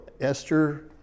Esther